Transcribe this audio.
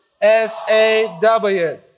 S-A-W